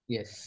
Yes